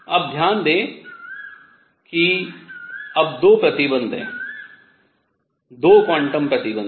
अब ध्यान दें कि अब 2 प्रतिबन्ध 2 क्वांटम प्रतिबन्ध हैं